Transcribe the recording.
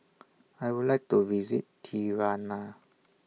I Would like to visit Tirana